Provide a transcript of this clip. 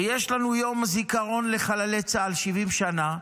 ויש לנו יום זיכרון לחללי צה"ל, 70 שנה.